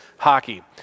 hockey